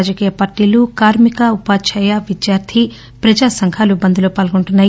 రాజకీయ పార్టీలు కార్మిక ఉపాధ్యాయ విద్యార్థి ప్రజాసంఘాలు బంద్ లో పాల్గొంటున్నాయి